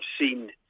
seen